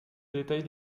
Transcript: détail